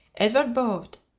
edward bowed,